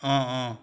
অঁ অঁ